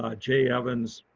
ah jay evans.